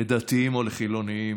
לדתיים או לחילונים.